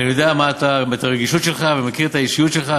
כי אני מכיר את הרגישות שלך ומכיר את האישיות שלך,